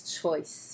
choice